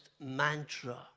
mantra